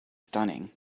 stunning